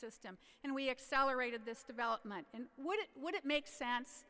system and we accelerated this development and what it wouldn't make sense